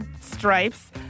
stripes